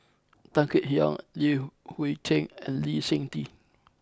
Tan Kek Hiang Li Hui Cheng and Lee Seng Tee